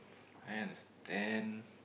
I understand